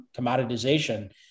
commoditization